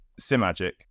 Simagic